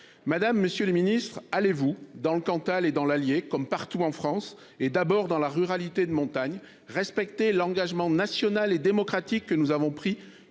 madame la ministre, allez vous, dans le Cantal et dans l’Allier comme partout en France et, d’abord, dans la ruralité de montagne, respecter l’engagement national et démocratique, que nous avons pris